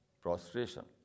prostration